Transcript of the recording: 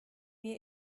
wir